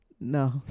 No